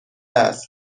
است